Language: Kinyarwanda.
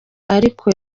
ariko